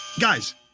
Guys